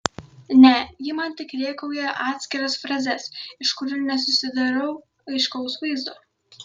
ne ji man tik rėkauja atskiras frazes iš kurių nesusidarau aiškaus vaizdo